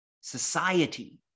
society